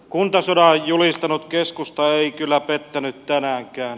kuntasodan julistanut keskusta ei kyllä pettänyt tänäänkään